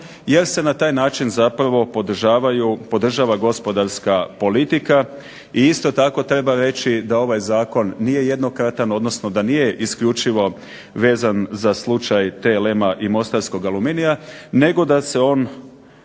jer se na taj način podržava gospodarska politika i isto tako treba reći da ovaj Zakon nije jednokratan, odnosno da nije isključivo vezan za slučaj TLM-a i Mostarskog aluminija nego da se on